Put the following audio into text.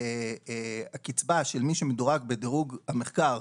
של הקצבה של מי שמדורג בדירוג המחקר,